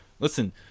listen